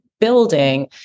building